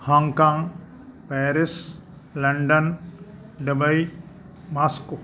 Hong Kong Paris London Dubai Moscow